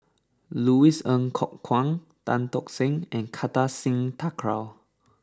Louis Ng Kok Kwang Tan Tock Seng and Kartar Singh Thakral